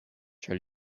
ĉar